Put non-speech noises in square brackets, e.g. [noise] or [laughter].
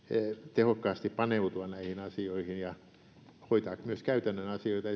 tehokkaasti paneutua näihin asioihin ja hoitaa myös käytännön asioita [unintelligible]